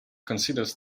considers